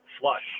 flush